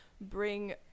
bring